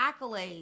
accolades